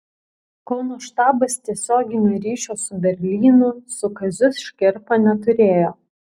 kauno štabas tiesioginio ryšio su berlynu su kaziu škirpa neturėjo